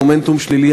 מומנטום שלילי.